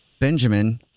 Benjamin